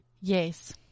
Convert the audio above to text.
Yes